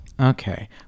Okay